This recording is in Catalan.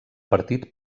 partit